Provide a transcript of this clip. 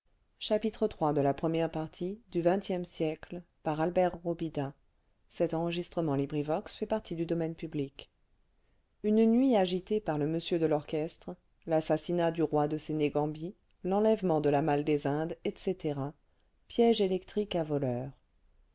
une nuit agitée par le monsieur de l'orchestre l'assassinat du roi de sénégambie l'enlèvement de la malle des indes etc piège électrique